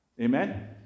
amen